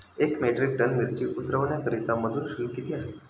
एक metric tonne मिरची उतरवण्याकरता मजुर शुल्क किती आहे?